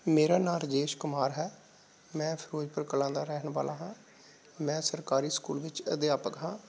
ਮੇਰਾ ਨਾਂ ਰਜੇਸ਼ ਕੁਮਾਰ ਹੈ ਮੈਂ ਫਿਰੋਜਪੁਰ ਕਲਾਂ ਦਾ ਰਹਿਣ ਵਾਲਾ ਹਾਂ ਮੈਂ ਸਰਕਾਰੀ ਸਕੂਲ ਵਿੱਚ ਅਧਿਆਪਕ ਹਾਂ